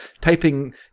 typing